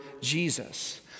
Jesus